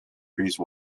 freeze